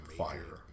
fire